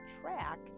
track